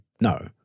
no